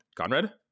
conrad